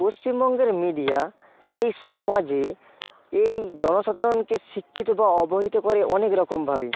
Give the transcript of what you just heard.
পশ্চিমবঙ্গের মিডিয়া এই সমাজে এই জনসাধারণকে শিক্ষিত বা অবহিত করে অনেক রকমভাবে